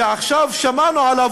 שעכשיו שמענו עליו,